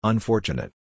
Unfortunate